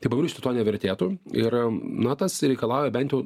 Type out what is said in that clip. tai pamiršti to nevertėtų ir na tas reikalauja bent jau